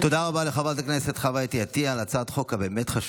תודה רבה לחברת הכנסת חוה אתי עטייה על הצעת החוק הבאמת-חשובה,